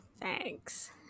thanks